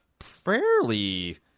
fairly